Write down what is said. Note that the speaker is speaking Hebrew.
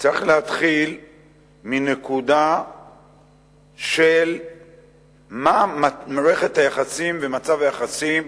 צריכה להתחיל מנקודה של מה מערכת היחסים ומצב היחסים